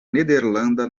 nederlanda